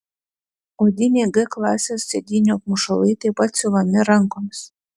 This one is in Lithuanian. odiniai g klasės sėdynių apmušalai taip pat siuvami rankomis